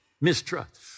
mistrust